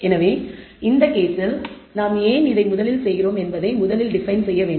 எனவே இந்த கேஸில் நாம் ஏன் இதை முதலில் செய்கிறோம் என்பதை முதலில் டிபைன் செய்ய வேண்டும்